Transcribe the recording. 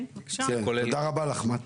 תודה רבה לך מטי.